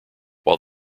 while